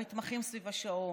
המתמחים סביב השעון,